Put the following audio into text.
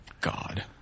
God